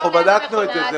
אנחנו בדקנו את זה,